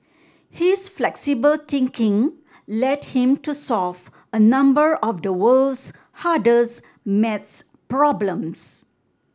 his flexible thinking led him to solve a number of the world's hardest maths problems